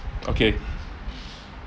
okay